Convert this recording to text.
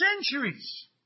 centuries